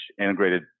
integrated